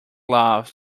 loves